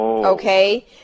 okay